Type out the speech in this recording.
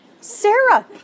Sarah